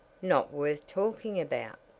not worth talking about.